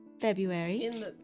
February